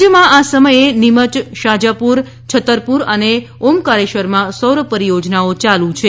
રાજયમાં આ સમયે નિમય શાજાપુર છતરપુર અને ઓમકારેશ્વરમાં સૌર પરીયોજનાઓ યાલુ છે